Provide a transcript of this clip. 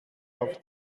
auf